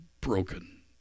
broken